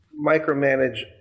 micromanage